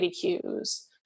cues